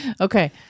okay